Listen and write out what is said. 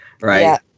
Right